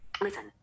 Listen